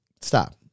stop